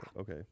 okay